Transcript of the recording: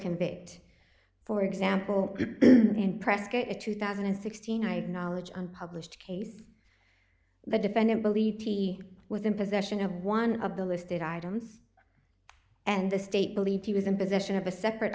convict for example in prescot two thousand and sixteen i knowledge on published case the defendant believed he was in possession of one of the listed items and the state believed he was in possession of a separate